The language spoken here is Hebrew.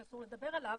שאסור לדבר עליו,